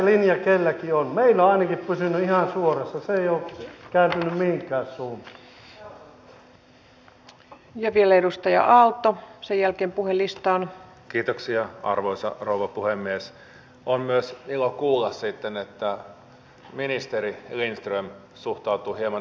kuntatalouden tila on todella ollut viime vuosina hyvin kireä ja vielä edustaja aalto sen jälkeen siihen ovat osaltaan kuntien omien toimien lisäksi vaikuttaneet myös edellisten hallitusten toteuttamat valtionosuusleikkaukset sekä kuntien lisääntyneet tehtävät